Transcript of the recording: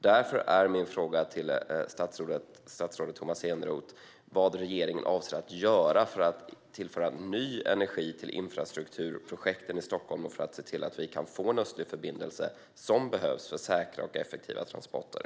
Därför är min fråga till statsrådet Tomas Eneroth vad regeringen avser att göra för att tillföra ny energi till infrastrukturprojekten i Stockholm och för att se till att vi kan få en östlig förbindelse som behövs för säkra och effektiva transporter.